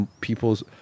people's